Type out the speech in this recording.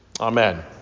amen